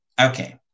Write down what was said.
Okay